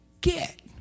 get